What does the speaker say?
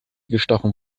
gestochen